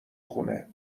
خونه